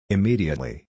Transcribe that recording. Immediately